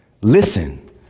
Listen